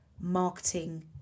marketing